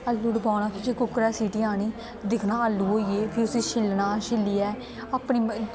अग्गीं उप्पर टकाना भी कुक्करै पर सीटी आनी दिक्खना आलू होई गे फ्ही उस्सी छिल्लना छिल्लियै अपनी